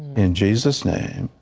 in jesus's name,